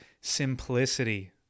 simplicity